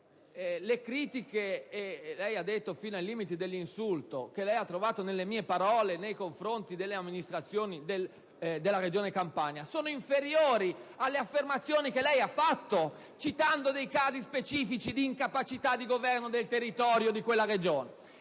le critiche (che lei ha definito al limite dell'insulto) che ha trovato nelle mie parole nei confronti delle amministrazioni della Regione Campania sono inferiori alle affermazioni che lei ha fatto citando alcuni casi specifici di incapacità di governo del territorio di quella Regione.